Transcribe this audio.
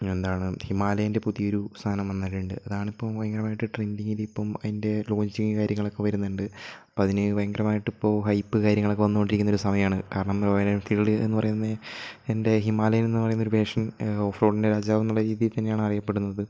എന്താണ് ഹിമാലയേന്റെ പുതിയൊരു സാധനം വന്നിട്ടുണ്ട് അതാണിപ്പം ഭയങ്കരമായിട്ട് ട്രെൻഡിങ്ങിലിപ്പം അതിൻ്റെ റോയൽറ്റിയും കാര്യങ്ങളൊക്കെ വരുന്നുണ്ട് അപ്പം അതിന് ഭയങ്കരമായിട്ട് ഇപ്പം ഹൈപ്പ് കാര്യങ്ങളൊക്കെ വന്നു കൊണ്ടിരിക്കുന്ന ഒരു സമയമാണ് കാരണം റോയൽ എൻഫീൽഡ് എന്നു പറയുന്ന എൻ്റെ ഹിമാലയൻ എന്നു പറയുന്ന ഒരു വെർഷൻ ഓഫ് റോഡിൻ്റെ രാജാവെന്നുള്ള രീതിയിൽത്തന്നെയാണ് അറിയപ്പെടുന്നത്